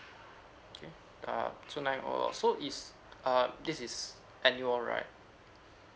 okay err two nine O lah so is uh this is annual right